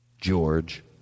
George